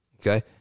okay